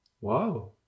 Wow